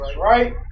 Right